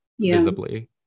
visibly